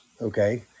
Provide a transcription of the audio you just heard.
Okay